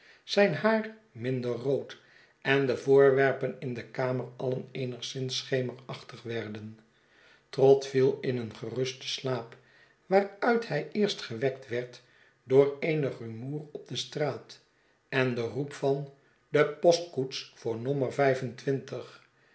zijn haar minder rood en de voorwerpen in de kamer alien eenigszins schemerachtig werden trott viel in een gerusten slaap waaruit hij eerst gewekt werd door eenig rumoer op de straat en den roep van de postkoets voor nommer